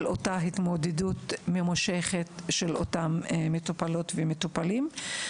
ההתמודדות הממושכת היום יומית של אותם מטופלים ומטופלות.